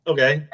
Okay